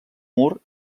mur